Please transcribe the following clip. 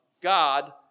God